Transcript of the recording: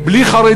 להגיד: בלי חרדים,